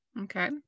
Okay